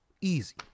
easy